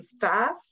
fast